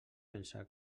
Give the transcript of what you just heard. pensar